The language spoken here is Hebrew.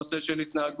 נושא של התנהגות,